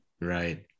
right